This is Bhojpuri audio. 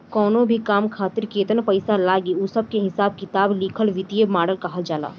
कवनो भी काम खातिर केतन पईसा लागी उ सब के हिसाब किताब लिखल वित्तीय मॉडल कहल जाला